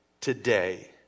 today